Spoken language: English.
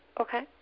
okay